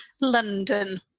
london